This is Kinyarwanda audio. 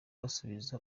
basubiza